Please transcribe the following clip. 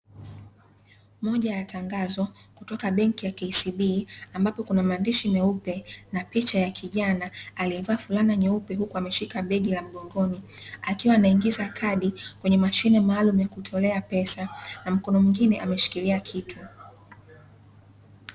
Moja ya tangazo kutoka benki ya KCB ambapo kuna maandishi meupe na picha ya kijana aliyevaa fulana nyeupe huku ameshika begi la mgongoni akiwa anaingiza kadi kwenye mashine maalum ya kutolea pesa na mkono mwingine ameshikilia kitu.